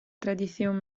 tradición